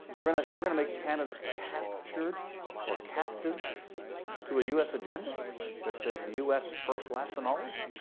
we're going ah we're going to make canada captured or captive to a us agenda that says the us first, last and always?